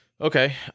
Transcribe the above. okay